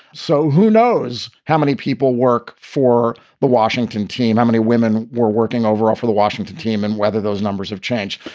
so who knows how many people work for the washington team? how many women were working overall for the washington team and whether those numbers have changed?